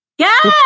Yes